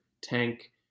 Tank